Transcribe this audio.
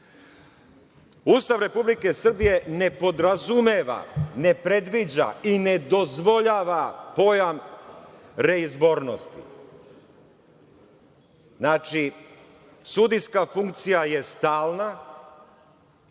Republike Srbije ne podrazumeva, ne predviđa i ne dozvoljava pojam reizbornosti. Znači, sudijska funkcija je stalna,